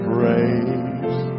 Praise